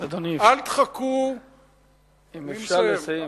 אדוני, אם אפשר לסיים.